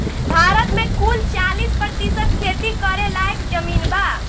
भारत मे कुल चालीस प्रतिशत खेती करे लायक जमीन बा